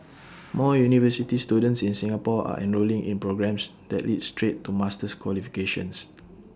more university students in Singapore are enrolling in programmes that lead straight to master's qualifications